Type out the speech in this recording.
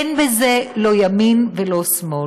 אין בזה לא ימין ולא שמאל,